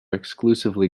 exclusively